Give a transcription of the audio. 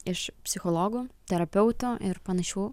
iš psichologo terapeuto panašių